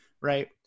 right